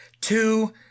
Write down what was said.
Two